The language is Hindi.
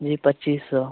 जी पच्चीस सौ